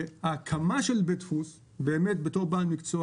ההקמה של בית דפוס באמת, כבעל מקצוע